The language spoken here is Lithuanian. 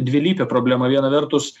dvilypę problemą viena vertus